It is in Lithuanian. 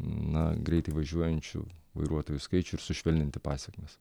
na greitai važiuojančių vairuotojų skaičių ir sušvelninti pasekmes